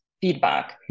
feedback